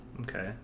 Okay